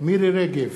מירי רגב,